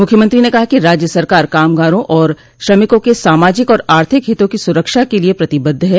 मुख्यमंत्री ने कहा कि राज्य सरकार कामगारों और श्रमिकों के सामाजिक और आर्थिक हितों की सुरक्षा के लिये प्रतिबद्ध है